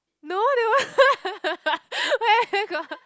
no that one where got